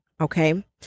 okay